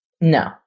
No